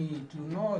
מתלונות,